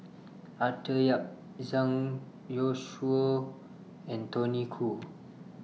Arthur Yap Zhang Youshuo and Tony Khoo